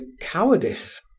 cowardice